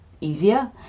easier